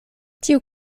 tiu